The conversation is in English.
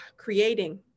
creating